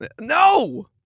No